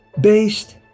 based